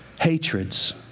hatreds